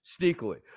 sneakily